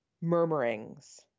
murmurings